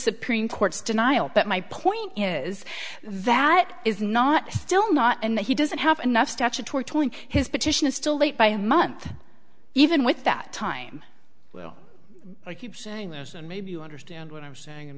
supreme court's denial but my point is that is not still not and he doesn't have enough statutory his petition is still late by a month even with that time well i keep saying this and maybe you understand what i'm saying and